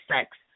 sex